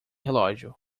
relógio